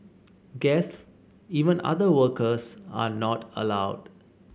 guests even other workers are not allowed